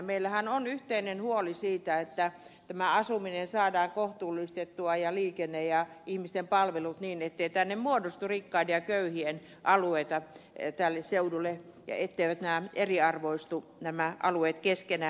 meillähän on yhteinen huoli siitä että tämä asuminen saadaan kohtuullistettua ja liikenne ja ihmisten palvelut niin ettei tälle seudulle muodostu rikkaiden ja köyhien alueita ja etteivät nämä alueet eriarvoistu keskenään